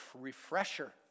refresher